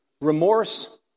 Remorse